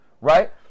right